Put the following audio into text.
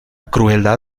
crueldad